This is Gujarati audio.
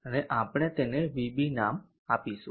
અને આપણે તેને vb નામ આપીશું